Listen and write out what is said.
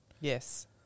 Yes